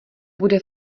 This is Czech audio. bude